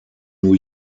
new